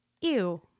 Ew